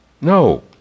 no